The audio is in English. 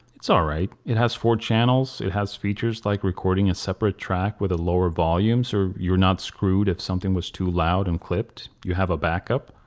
it's alright. it has four channels. it has features like recording a separate track with a lower volume so you're not screwed if something was too loud and clipped. you have a backup.